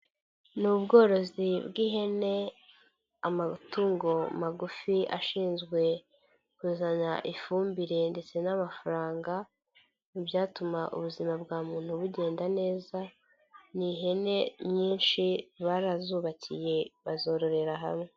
Ni ubworozi bw'ihene, amatungo magufi ashinzwe kuzana ifumbire ndetse n'amafaranga, mu byatuma ubuzima bwa muntu bugenda neza, ni ihene nyinshi, barazubakiye, bazororera hamwe,